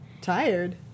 Tired